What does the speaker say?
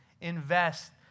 Invest